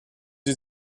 sie